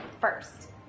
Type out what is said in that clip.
First